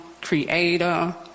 creator